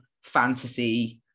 fantasy